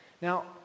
Now